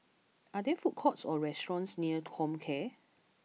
are there food courts or restaurants near Comcare